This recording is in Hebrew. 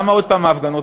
למה עוד פעם ההפגנות?